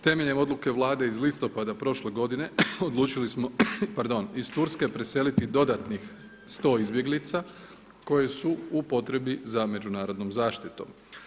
Temeljem odluke Vlade iz listopada prošle godine, odlučili smo pardon, iz Turske preseliti dodatnih 100 izbjeglica, koje su u potrebi za međunarodnom zaštitom.